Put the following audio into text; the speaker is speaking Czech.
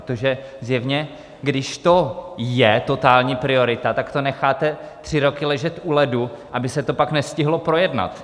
Protože zjevně když to je totální priorita, tak to necháte tři roky ležet u ledu, aby se to pak nestihlo projednat.